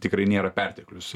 tikrai nėra perteklius